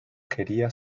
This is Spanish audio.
quería